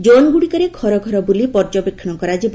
zone ଗୁଡ଼ିକରେ ଘର ଘର ବୁଲି ପର୍ଯ୍ୟବେକ୍ଷଣ କରାଯିବ